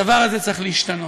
הדבר הזה צריך להשתנות.